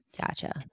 Gotcha